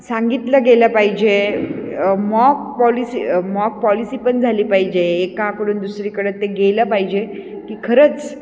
सांगितलं गेलं पाहिजे मॉक पॉलिसी मॉक पॉलिसी पण झाली पाहिजे एकाकडून दुसरीकडं ते गेलं पाहिजे की खरंच